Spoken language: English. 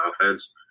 offense